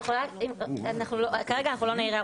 רשום בסעיף 29. רישיון קנאביס.